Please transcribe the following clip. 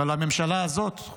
אבל הממשלה הזאת,